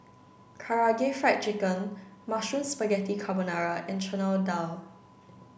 karaage fried chicken mushroom spaghetti carbonara and chana dal